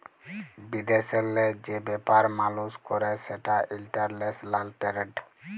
বিদেশেল্লে যে ব্যাপার মালুস ক্যরে সেটা ইলটারল্যাশলাল টেরেড